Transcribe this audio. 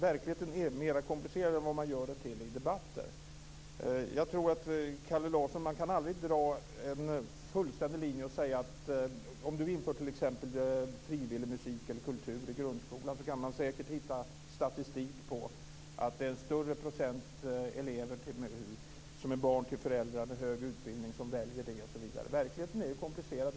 Verkligheten är mer komplicerad än man gör den till i debatter. Jag tror, Kalle Larsson, att man aldrig kan dra en fullständigt rak linje. Om man inför t.ex. frivillig musik eller kultur i grundskolan kan man säkert hitta statistik på att en större procent elever som är barn till föräldrar med hög utbildning väljer detta. Verkligheten är komplicerad.